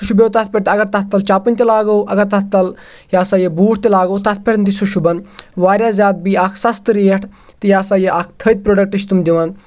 سُہ شوٗبیٚو تَتھ پؠٹھ تہِ اَگَر تَتھ تَل چَپل تہِ لاگو اَگَر تَتھ تَلہٕ یہِ ہَسا یہِ بوٗٹھ تہِ لاگو تَتھ پؠٹھ تہِ چھُ شوٗبَن واریاہ زیادٕ بیٚیہِ اَکھ سَستہٕ ریٹ تہٕ یہِ ہسا یہِ تھٔدۍ پرٛوڈَکٹہٕ چھِ تِم دِوان